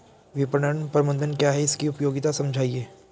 विपणन प्रबंधन क्या है इसकी उपयोगिता समझाइए?